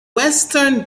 western